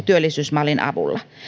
työllisyysmallin avulla